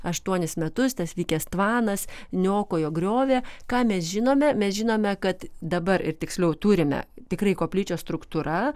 aštuonis metus tas vykęs tvanas niokojo griovė ką mes žinome mes žinome kad dabar ir tiksliau turime tikrai koplyčios struktūra